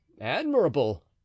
Admirable